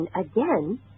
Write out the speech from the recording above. again